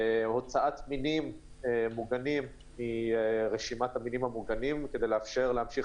הוצאת מינים מוגנים מרשימת המינים המוגנים כדי לאפשר להמשיך